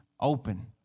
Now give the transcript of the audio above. open